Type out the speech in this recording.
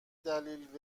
دلیل